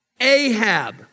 Ahab